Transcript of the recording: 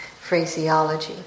phraseology